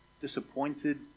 disappointed